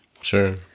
Sure